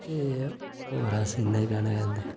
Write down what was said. ते होर अस इन्ना ई कैहना चांहदे